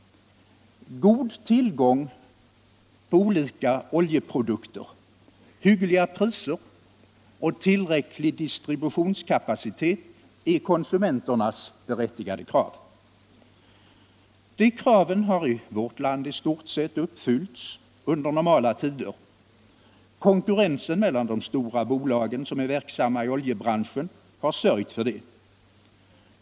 God tillgång på olika oljeprodukter, hyggliga priser och tillräcklig distributionskapacitet är konsumenternas berättigade krav. De kraven har i vårt land i stort sett uppfyllts under normala tider. Konkurrensen mellan de stora bolag som är verksamma i oljebranschen har sörjt för detta.